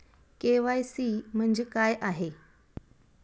KYC म्हणजे काय आहे?